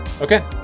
Okay